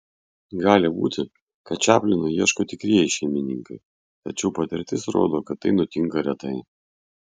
gali būti kad čaplino ieško tikrieji šeimininkai tačiau patirtis rodo kad tai nutinka retai